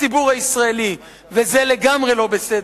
הציבור הישראלי, וזה לגמרי לא בסדר.